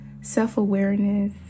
self-awareness